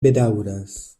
bedaŭras